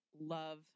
love